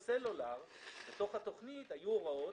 בתוך התוכנית היו הוראות